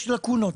יש לקונות.